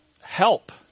help